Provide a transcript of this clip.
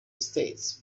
state